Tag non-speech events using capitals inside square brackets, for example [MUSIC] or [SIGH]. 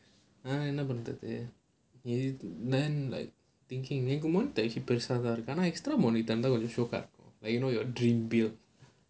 வேற என்ன பண்றது:vera enna pandrathu then like thinking [LAUGHS] monitor [LAUGHS] extra monitor [LAUGHS] like you know your dream beard